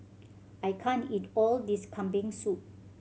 I can't eat all this Kambing Soup